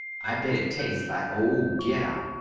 i bet it tests like ole get out.